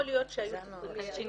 יכול להיות שהיו --- לתקן,